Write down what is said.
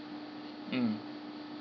mm